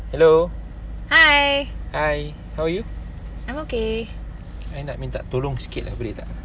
hi I'm okay